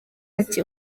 ati